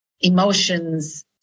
emotions